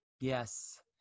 Yes